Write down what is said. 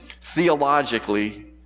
theologically